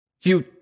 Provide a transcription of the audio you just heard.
You